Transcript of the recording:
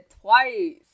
TWICE